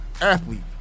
athlete